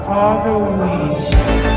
Halloween